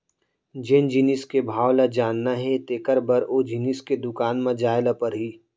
जेन जिनिस के भाव ल जानना हे तेकर बर ओ जिनिस के दुकान म जाय ल परही